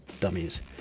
dummies